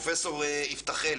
פרופ' יפתחאל,